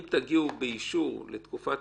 אם תגיעו באישור בתקופת